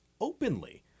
openly